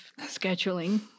scheduling